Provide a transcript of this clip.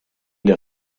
der